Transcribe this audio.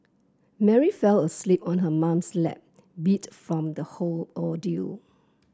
Mary fell asleep on her mom's lap beat from the whole ordeal